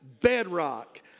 bedrock